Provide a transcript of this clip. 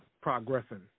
progressing